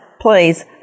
please